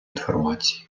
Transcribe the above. інформації